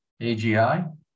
AGI